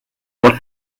what